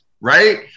Right